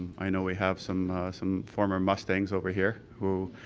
i know we have some some former mustang's over here who